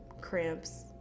cramps